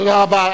תודה רבה.